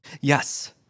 Yes